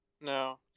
no